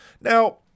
Now